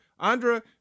Andra